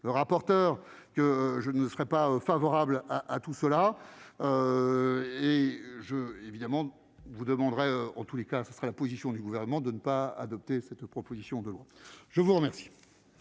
le rapporteur, que je ne serais pas favorable à à tout cela et je évidemment vous demanderai en tous les cas, ce sera la position du gouvernement de ne pas adopter cette proposition de loi, je vous remercie.